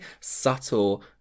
subtle